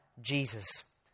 Jesus